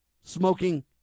smoking